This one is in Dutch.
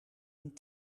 een